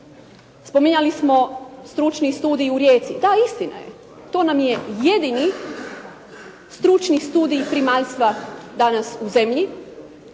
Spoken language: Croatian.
Spominjali smo stručni studij u rijeci. Da, istina je. To nam je jedini stručni studij primaljstva danas u zemlji,